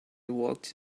walked